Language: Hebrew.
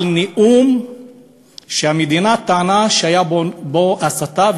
על נאום שהמדינה טענה שהייתה בו הסתה,